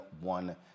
one